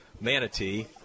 Manatee